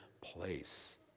place